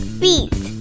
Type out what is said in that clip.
feet